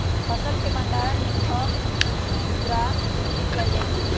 फसल के भण्डार से थोक खुदरा बिक्री कएल जाइ छइ